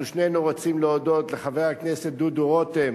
אנחנו שנינו רוצים להודות לחבר הכנסת דודו רותם